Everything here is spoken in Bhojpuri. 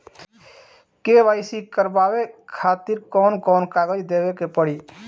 के.वाइ.सी करवावे खातिर कौन कौन कागजात देवे के पड़ी?